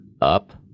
up